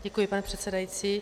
Děkuji, pane předsedající.